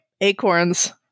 acorns